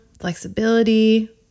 flexibility